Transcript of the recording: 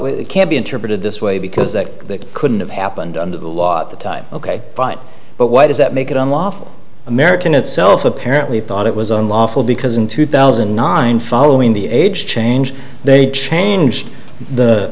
we can be interpreted this way because that couldn't have happened under the law at the time ok but why does that make it unlawful american itself apparently thought it was unlawful because in two thousand and nine following the age change they change the